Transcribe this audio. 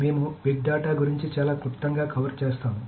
మేము big data గురించి చాలా క్లుప్తంగా కవర్ చేస్తాము